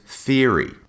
theory